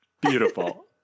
Beautiful